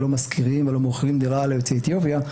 שלא משכירים ולא מוכרים דירה ליוצאי אתיופיה,